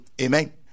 Amen